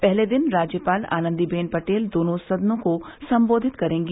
पहले दिन राज्यपाल आनंदी बेन पटेल दोनों सदनों को सम्बोधित करेंगी